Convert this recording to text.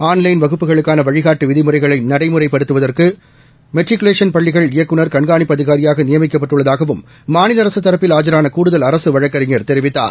ஆள்லைள் வகுப்புகளுக்கான வழிகாட்டு விதிமுறைகளை நடைமுறைப்படுத்துவதற்கு மெர்டிகுலேஷன் பள்ளிகள் இயக்குநர் கண்காணிப்பு அதிகாரியாக நியமிக்கப்பட்டுள்ளதாகவும் மாநில அரசு தரப்பில் ஆஜரான கூடுதல் அரசு வழக்கறிஞர் தெரிவித்தார்